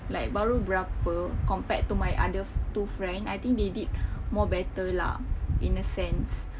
like baru berapa compared to my other two friend I think they did more better lah in a sense